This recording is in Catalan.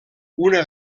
una